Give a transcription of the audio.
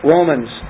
Romans